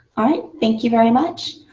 all right. thank you very much.